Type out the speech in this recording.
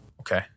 Okay